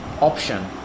option